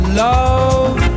love